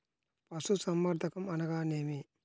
పశుసంవర్ధకం అనగా ఏమి?